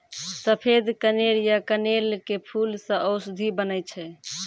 सफेद कनेर या कनेल के फूल सॅ औषधि बनै छै